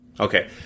Okay